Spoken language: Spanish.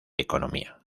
economía